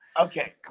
Okay